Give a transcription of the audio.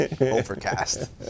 Overcast